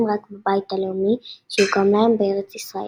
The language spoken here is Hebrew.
רק בבית הלאומי שיוקם להם בארץ ישראל.